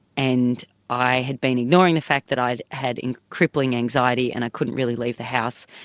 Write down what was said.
and i had been ignoring the fact that i had and crippling anxiety and i couldn't really leave the house,